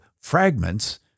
fragments